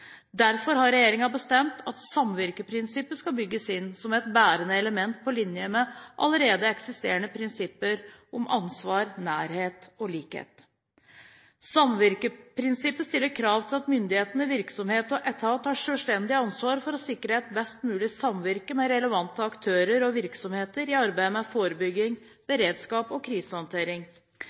Derfor har regjeringen bestemt at samvirkeprinsippet skal bygges inn som et bærende element, på linje med allerede eksisterende prinsipper om ansvar, nærhet og likhet. Samvirkeprinsippet stiller krav til at myndighet, virksomhet eller etat har et selvstendig ansvar for å sikre et best mulig samvirke med relevante aktører og virksomheter i arbeidet med forebygging, beredskap og krisehåndtering.